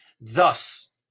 Thus